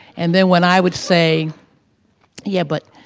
and then when i would say yeah, but.